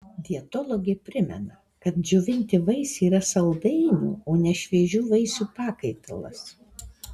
dietologė primena kad džiovinti vaisiai yra saldainių o ne šviežių vaisių pakaitalas